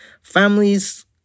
families